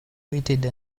waited